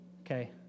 Okay